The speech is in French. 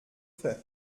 fait